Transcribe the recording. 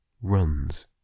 runs